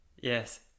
Yes